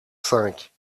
cinq